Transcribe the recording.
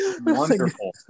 Wonderful